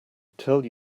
tell